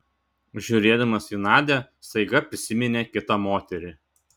žiūrėdamas į nadią staiga prisiminė kitą moterį